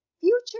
future